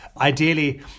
ideally